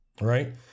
Right